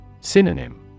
Synonym